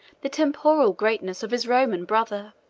the temporal greatness of his roman brother.